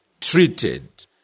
treated